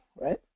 right